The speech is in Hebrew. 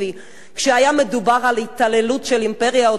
כשהיה מדובר על התעללות של האימפריה העות'מאנית,